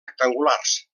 rectangulars